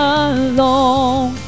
alone